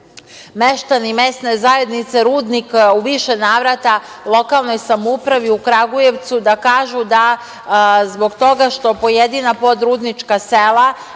meštani mesne zajednice Rudnik u više navrata lokalnoj samoupravi u Kragujevcu, da kažu da zbog toga što pojedina Rudnička sela,